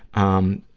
um,